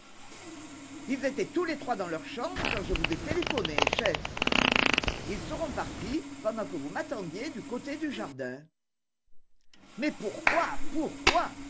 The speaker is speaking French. ils étaient tous les trois dans leur chambre quand je vous ai téléphoné chef ils seront partis pendant que vous m'attendiez du côté du jardin mais pourquoi pourquoi